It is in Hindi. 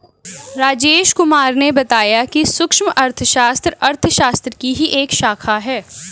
राजेश कुमार ने बताया कि सूक्ष्म अर्थशास्त्र अर्थशास्त्र की ही एक शाखा है